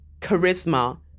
charisma